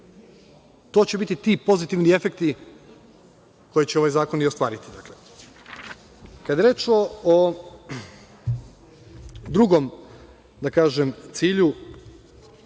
to će biti ti pozitivni efekti koje će ovaj zakon i ostvariti. Kada je reč o drugom cilju,